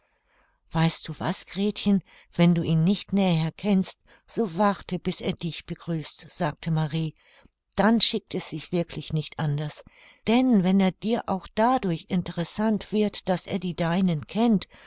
weißt du was gretchen wenn du ihn nicht näher kennst so warte bis er dich begrüßt sagte marie dann schickt es sich wirklich nicht anders denn wenn er dir auch dadurch interessant wird daß er die deinen kennt